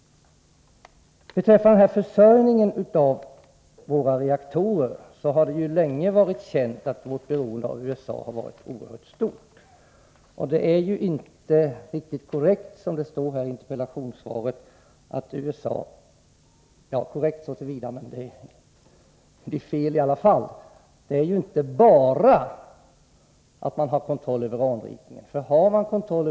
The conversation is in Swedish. Beträffande försörjningen med kärnbränsle till våra reaktorer har det länge varit känt att vårt beroende av USA varit oerhört stort. I svaret sägs att USA har inflytande ”bara över tillgången på anrikningstjänster”. Det är naturligtvis korrekt i och för sig, men det blir fel i alla fall, för om USA har kontroll över anrikningen, så är det inte ”bara”.